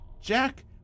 Jack